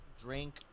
drink